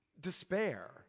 despair